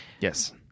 Yes